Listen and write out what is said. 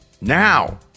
Now